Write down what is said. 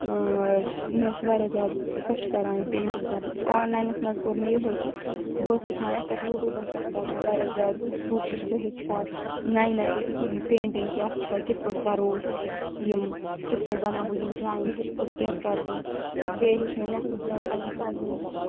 مےٚ اوس واریاہ زیادٕ خۄش کَران یہِ پینٛٹِنٛگ کَرٕنۍ آن لاینَس منٛز کوٚر مےٚ یِہوٚے کہِ بہٕ ٲسٕس ہیٚچھان یَتھ پٮ۪ٹھ یوٗٹیوٗبَس پٮ۪ٹھ کٔر مےٚ واریاہ زیادٕ کوٗشِش بہٕ ہیٚچھِ ہا نَیہِ نَیہِ پینٛٹِنٛگ کیٛاہ چھےٚ کِتھ پٲٹھۍ کَرو ٲسۍ یِم کِتھ پٲٹھۍ بَناو بہٕ یِم ڈرٛایِنٛگ کِتھ پٲٹھۍ کیٛاہ کَرٕ بہٕ بیٚیہِ ہیوٚچھ مےٚ نٮ۪سٕب زیادٕ پنٛنہِ کَزنہِ نِش